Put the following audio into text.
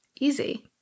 easy